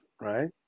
Right